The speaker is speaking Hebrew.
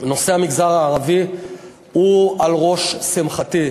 נושא המגזר הערבי הוא על ראש שמחתי.